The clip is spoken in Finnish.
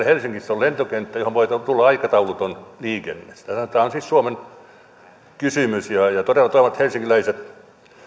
helsingissä on lentokenttä johon voi tulla aikatauluton liikenne tämä on siis suomen kysymys ja todella toivon että helsinkiläiset